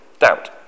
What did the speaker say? doubt